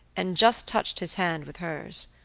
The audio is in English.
and just touched his hand with hers.